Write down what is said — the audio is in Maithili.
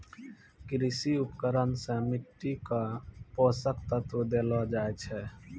कृषि उपकरण सें मिट्टी क पोसक तत्व देलो जाय छै